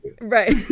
right